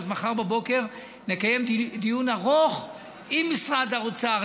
מחר בבוקר נקיים דיון ארוך עם משרד האוצר.